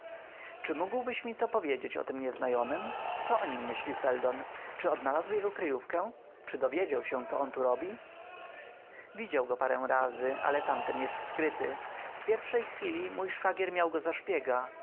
czy mógłbyś mi co powiedzieć o tym nieznajomym co o nim myśli seldon czy odnalazł jego kryjówkę czy dowiedział się co on tu robi widział go parę razy ale tamten jest skryty w pierwszej chwili mój szwagier miał go